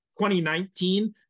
2019